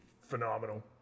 phenomenal